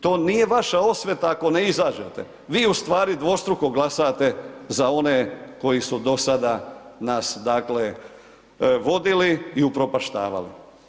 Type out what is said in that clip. To nije vaša osveta ako ne izađete, vi ustvari dvostruko glasate, za one koji su dosada, nas dakle vodili i upropaštavali.